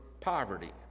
poverty